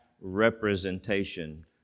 representation